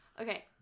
Okay